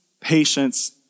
patience